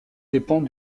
dépend